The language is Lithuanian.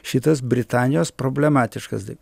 šitas britanijos problematiškas tai